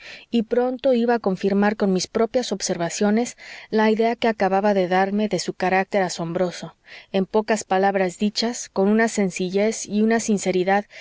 y pronto iba a confirmar con mis propias observaciones la idea que acababa de darme de su carácter asombroso en pocas palabras dichas con una sencillez y una sinceridad